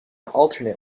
alternate